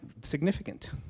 significant